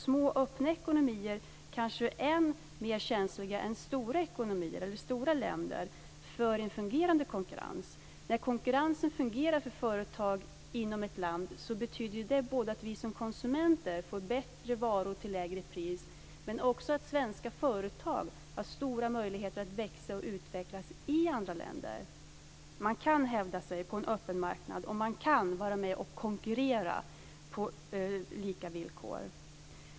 Små öppna ekonomier är kanske än mer känsliga än länder med stora ekonomier för en fungerande konkurrens. Där konkurrensen fungerar för företag inom ett land betyder det både att vi som konsumenter får bättre varor till lägre pris och att svenska företag har stora möjligheter att växa och utvecklas i andra länder. Man kan hävda sig på en öppen marknad, och man kan vara med om att konkurrera på lika villkor.